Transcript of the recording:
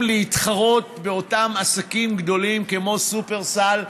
להתחרות באותם עסקים גדולים כמו שופרסל,